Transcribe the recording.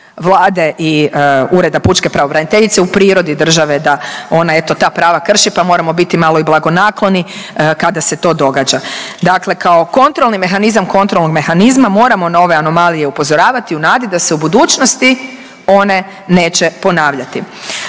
Vlade i Ureda pučke pravobraniteljice u prirodi države da ona eto ta prava krši pa moramo biti malo i blagonakloni kada se to događa. Dakle, kao kontrolni mehanizam kontrolnog mehanizma moramo na ove anomalije upozoravati u nadi da se u budućnosti one neće ponavljati.